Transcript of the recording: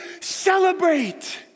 celebrate